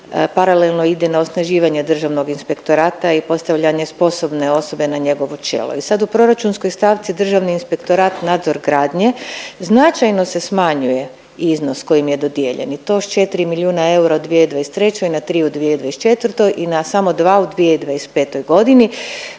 paralelno ide na osnaživanje Državnog inspektora i postavljanje sposobne osobe na njegovo čelo. I sad u proračunskoj stavci Državni inspektorat nadzor gradnje značajno se smanjuje iznos koji im je dodijeljen i to s 4 milijuna eura u 2023. na 3 u 2024. i na samo 2 u 2025. godini.